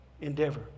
endeavor